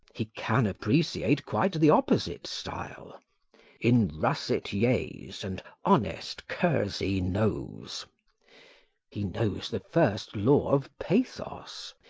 he can appreciate quite the opposite style in russet yeas, and honest kersey noes he knows the first law of pathos,